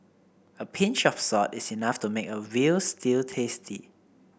a pinch of salt is enough to make a veal stew tasty